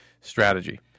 strategy